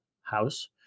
house